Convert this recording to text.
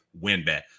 WinBet